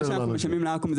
מה שאנחנו משלמים לאקו"ם,